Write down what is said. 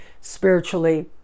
spiritually